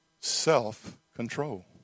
self-control